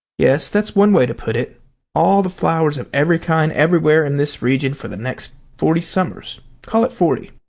yes, that's one way to put it all the flowers of every kind everywhere in this region for the next forty summers call it forty.